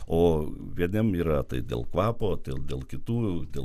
o vieniem yra tai dėl kvapo tai dėl kitų dėl